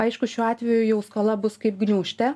aišku šiuo atveju jau skola bus kaip gniūžtė